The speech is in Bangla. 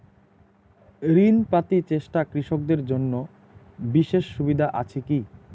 ঋণ পাতি চেষ্টা কৃষকদের জন্য বিশেষ সুবিধা আছি কি?